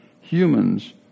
humans